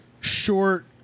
short